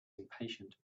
impatient